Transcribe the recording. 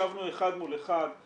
ישבנו אחד מול אחד,